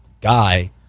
guy